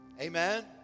Amen